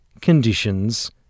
conditions